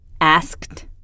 Asked